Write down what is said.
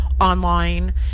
online